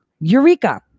Eureka